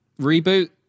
reboot